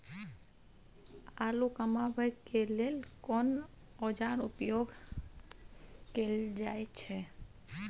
आलू कमाबै के लेल कोन औाजार उपयोग कैल जाय छै?